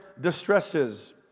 distresses